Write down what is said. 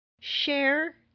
share